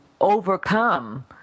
overcome